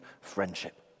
friendship